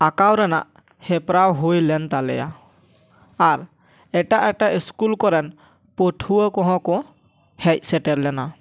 ᱟᱸᱠᱟᱣ ᱨᱮᱱᱟ ᱦᱮᱯᱨᱟᱣ ᱦᱩᱭ ᱞᱮᱱ ᱛᱟᱞᱮᱭᱟ ᱟᱨ ᱮᱴᱟᱜ ᱮᱴᱟᱜ ᱤᱥᱠᱩᱞ ᱠᱚᱨᱮᱱ ᱯᱟᱹᱴᱷᱩᱣᱟᱹ ᱠᱚᱦᱚᱸ ᱠᱚ ᱦᱮᱡ ᱥᱮᱴᱮᱨ ᱞᱮᱱᱟ